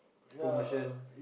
promotion